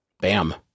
Bam